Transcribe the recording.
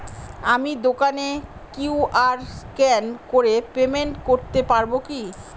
আমি দোকানে QR scan করে পেমেন্ট করতে পারবো কি?